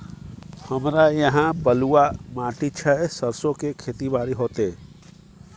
हमरा यहाँ बलूआ माटी छै सरसो के खेती बारी होते?